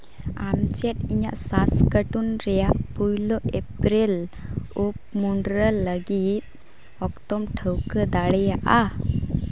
ᱟᱢ ᱪᱮᱫ ᱤᱧᱟᱹᱜ ᱥᱟᱥ ᱠᱟᱴᱩᱱ ᱨᱮᱭᱟᱜ ᱯᱩᱭᱞᱳ ᱮᱯᱨᱤᱞ ᱩᱵ ᱢᱩᱰᱨᱟᱹ ᱞᱟᱹᱜᱤᱫ ᱴᱷᱟᱹᱶᱠᱟᱹ ᱫᱟᱲᱮᱭᱟᱜᱼᱟ